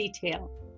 detail